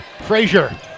Frazier